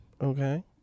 Okay